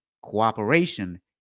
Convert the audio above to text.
cooperation